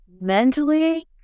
mentally